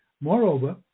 Moreover